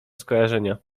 skojarzenia